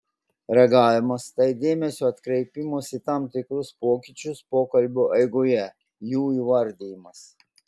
reagavimas tai dėmesio atkreipimas į tam tikrus pokyčius pokalbio eigoje jų įvardijimas